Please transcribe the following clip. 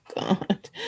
God